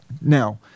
Now